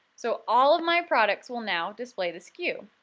so all of my products will now display the sku.